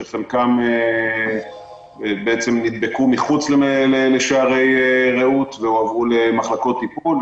שחלקם נדבקו מחוץ לשערי "רעות" והועברו למחלקות טיפול.